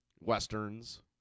Westerns